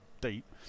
deep